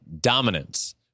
Dominance